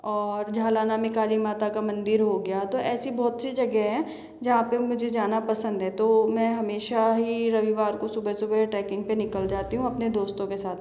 और झालाना में काली माता का मंदिर हो गया तो ऐसी बहुत सी जगह हैं जहाँ पे मुझे जाना पसंद है तो मैं हमेशा ही रविवार को सुबह सुबह ट्रैकिंग पे निकल जाती हूँ अपने दोस्तों के साथ